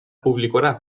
publikora